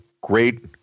great